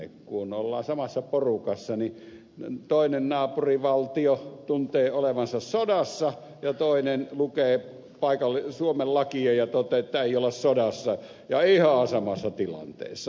kun ollaan samassa porukassa niin toinen naapurivaltio tuntee olevansa sodassa ja toinen lukee suomen lakia ja toteaa ettei olla sodassa ja ollaan ihan samassa tilanteessa